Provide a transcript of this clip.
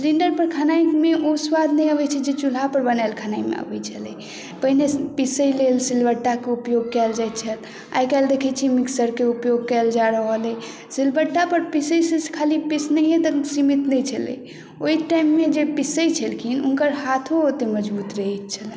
सिलिण्डरपर खेनाइमे ओ स्वाद नहि अबैत छै जे चूल्हापर बनाएल खेनाइमे अबैत छलै पहिने पिसय लेल सिलबट्टाक उपयोग कयल जाइत छल आइ काल्हि देखैत छी मिक्सरके उपयोग कयल जा रहल अइ सिलबट्टापर पिसैसँ खाली पिसनाइए तक सीमित नहि छलै ओहि टाइममे जे पिसैत छलखिन हुनकर हाथो ओतेक मजबूत रहैत छलनि